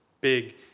big